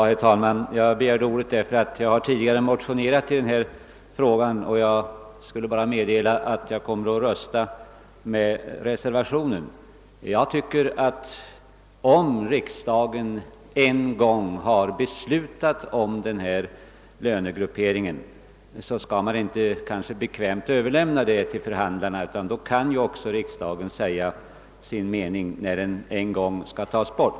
Herr talman! Jag begärde ordet med anledning av att jag tidigare har motionerat i denna fråga. Jag vill bara meddela att jag kommer att rösta för reservationen. Om riksdagen en gång har beslutat om denna lönegruppering skall vi inte vara så bekväma att vi överlämnar till förhandlarna att ta bort den. Riksdagen bör också säga sin mening, när lönegrupperingen skall tas bort.